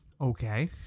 Okay